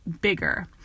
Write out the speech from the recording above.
bigger